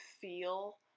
feel